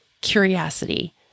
curiosity